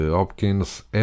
Hopkins